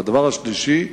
הדבר השלישי,